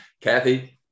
Kathy